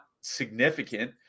significant